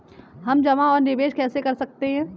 हम जमा और निवेश कैसे कर सकते हैं?